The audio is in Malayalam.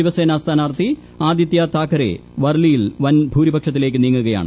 ശിവസേനാ സ്ഥാനാർത്ഥി ആദിത്യ താക്കറേ വർളിയിൽ വൻ ഭൂരിപക്ഷത്തിലേക്ക് നീങ്ങുകയാണ്